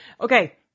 Okay